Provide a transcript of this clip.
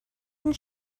and